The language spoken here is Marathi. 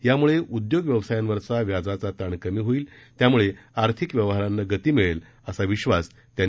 यामुळे उद्योग व्यवसायांवरचा व्याजाचा ताण कमी होईल त्यामुळे आर्थिक व्यवहारांना गती मिळेल असा विश्वास त्यांनी व्यक्त केला